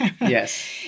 Yes